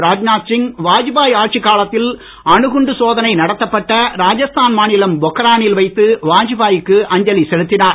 ராஜ்நாத் சிங் வாஜ்பாய் ஆட்சிக் காலத்தில் அணுகுண்டு சோதனை நடத்தப்பட்ட ராஜஸ்தான் மாநிலம் பொக்ரானில் வைத்து வாஜ்பாய் க்கு அஞ்சலி செலுத்தினார்